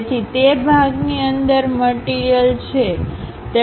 તેથી તે ભાગની અંદર મટીરીયલછે